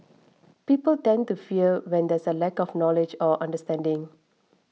people tend to fear when there is a lack of knowledge or understanding